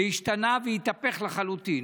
זה השתנה והתהפך לחלוטין.